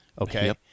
Okay